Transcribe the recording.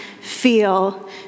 feel